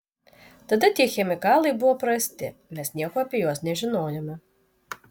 tada tie chemikalai buvo prasti mes nieko apie juos nežinojome